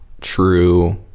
true